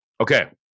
Okay